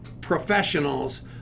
professionals